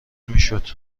میشد